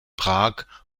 prag